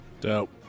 Dope